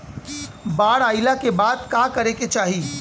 बाढ़ आइला के बाद का करे के चाही?